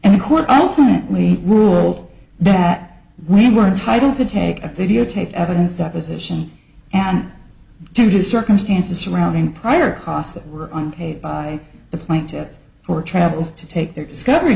and the court ultimately ruled that we were entitle to take a videotape evidence that position and due to circumstances surrounding prior costs that were on tape by the plant it for travel to take their discovery